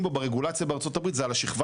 בו ברגולציה בארצות הברית זה על השכבה